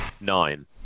nine